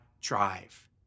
drive